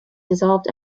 dissolved